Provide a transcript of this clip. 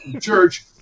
Church